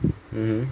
mm